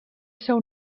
seu